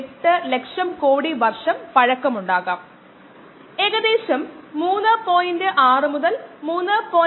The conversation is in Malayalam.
പ്രവർത്തനക്ഷമമായ കോശങ്ങൾ ഉയർന്ന താപനിലയിൽ എത്തുമ്പോൾ ആഗിരണം ചെയ്യപ്പെടുന്ന സാധാരണ പ്രതികരണമാണിത് താപനില അവയുടെ സാധാരണ പ്രവർത്തന താപനിലയേക്കാൾ കൂടുതലാണ്